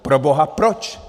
Proboha proč?